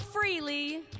freely